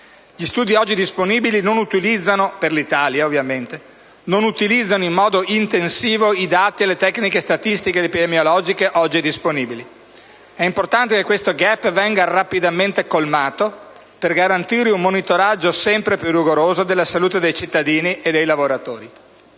Gli studi oggi disponibili per l'Italia non utilizzano in modo intensivo i dati e le tecniche statistiche ed epidemiologiche oggi disponibili. È importante che questo *gap* venga rapidamente colmato, per garantire un monitoraggio sempre più rigoroso della salute dei cittadini e dei lavoratori.